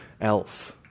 else